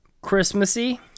christmassy